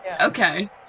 Okay